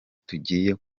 tugiye